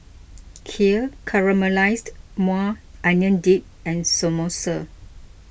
Kheer Caramelized Maui Onion Dip and Samosa